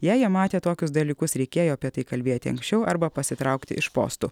jei jie matė tokius dalykus reikėjo apie tai kalbėti anksčiau arba pasitraukti iš postų